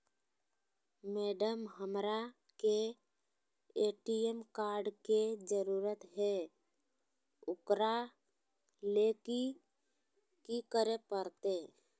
Madam, हमरा के ATM card के जरूरत है ऊकरा ले की की करे परते?